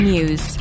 News